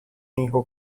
hijo